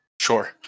sure